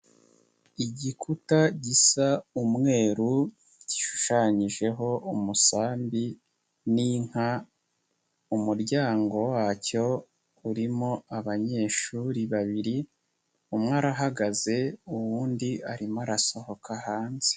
Igikuta gisa umweru gishushanyijeho umusambi n'inka umuryango wacyo urimo abanyeshuri babiri umwe arahagaze uwundi arimo arasohoka hanze.